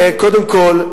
קודם כול,